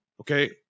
Okay